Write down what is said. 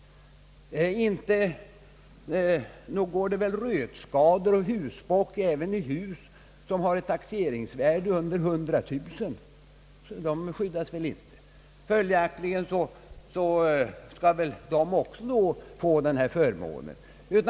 Nog går det väl röta och husbock även i hus som har ett taxeringsvärde under 100 000 kronor. Följaktligen bör de väl också få den här förmånen.